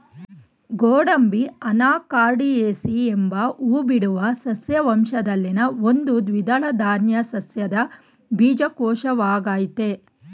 ಗೋಡಂಬಿ ಅನಾಕಾರ್ಡಿಯೇಸಿ ಎಂಬ ಹೂಬಿಡುವ ಸಸ್ಯ ವಂಶದಲ್ಲಿನ ಒಂದು ದ್ವಿದಳ ಧಾನ್ಯ ಸಸ್ಯದ ಬೀಜಕೋಶವಾಗಯ್ತೆ